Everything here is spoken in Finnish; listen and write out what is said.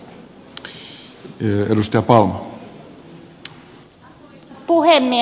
arvoisa puhemies